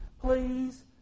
please